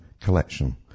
collection